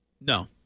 no